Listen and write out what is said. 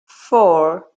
four